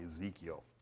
Ezekiel